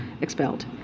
expelled